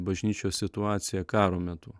bažnyčios situacija karo metu